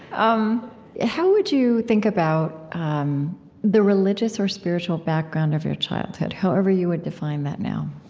um how would you think about the religious or spiritual background of your childhood, however you would define that now?